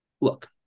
Look